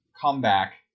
comeback